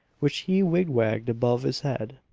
which he wig-wagged above his head.